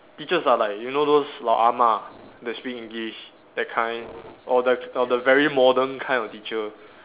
teachers are like you know those 老 ah-ma that speak English that kind or the or the very modern kind of teacher